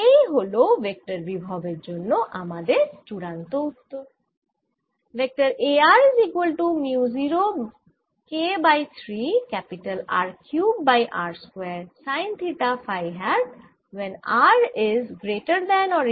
এই হল ভেক্টর বিভবের জন্য আমাদের চুড়ান্ত উত্তর